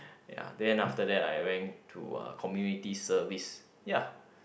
ya then after that I went to uh Community Service ya